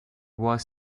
was